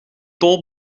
tol